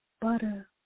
butter